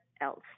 else